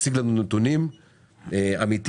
תציג לנו נתונים אמיתיים,